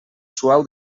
suau